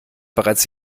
bereits